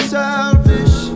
selfish